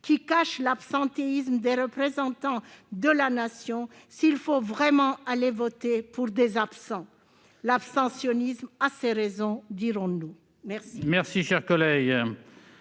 dissimuler l'absentéisme des représentants de la Nation, s'il faut vraiment aller voter pour des absents. L'abstentionnisme a ses raisons, dirons-nous !